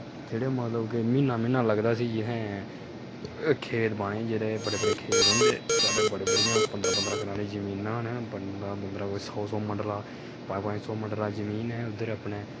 जेह्ड़े मतलब कि म्हीना म्हीना लगदा इसी जित्थै खेतर बाह्ने गी जेह्ड़े बड्डे बड्डे खेतर होंदे साढ़े बड़ियां बड़ियां पंदरां पंदरां कनाली जमीनां न बन्ना कोई सौ सौ मरला पंज पंज सौ मरला जमीन ऐ उद्धर अपने